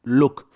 look